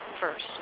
first